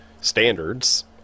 standards